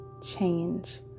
change